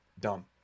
done